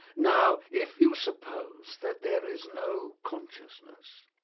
now if you suppose that there is no consciousness,